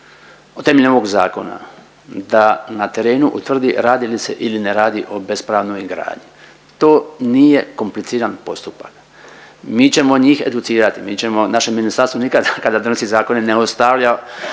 temeljem ovog zakona da na terenu utvrdi radi li se ili ne radi o bespravnoj gradnji. To nije kompliciran postupak. Mi ćemo njih educirati. Mi ćemo, naše ministarstvo nikad kada donosi zakone ne ostavlja